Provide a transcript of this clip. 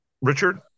Richard